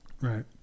Right